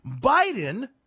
Biden